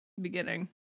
Beginning